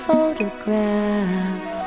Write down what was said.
photograph